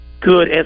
good